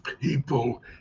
people